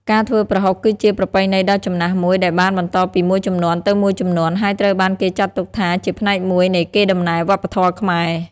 ការធ្វើប្រហុកគឺជាប្រពៃណីដ៏ចំណាស់មួយដែលបានបន្តពីមួយជំនាន់ទៅមួយជំនាន់ ហើយត្រូវបានគេចាត់ទុកថាជាផ្នែកមួយនៃកេរដំណែលវប្បធម៌ខ្មែរ។